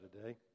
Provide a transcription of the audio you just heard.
today